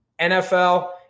NFL